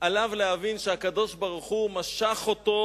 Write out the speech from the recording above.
עליו להבין שהקדוש-ברוך-הוא משח אותו